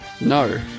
No